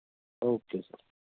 okay sir